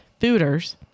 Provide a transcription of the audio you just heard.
fooders